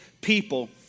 people